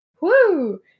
Woo